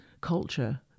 culture